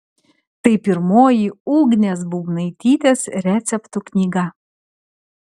tai pirmoji ugnės būbnaitytės receptų knyga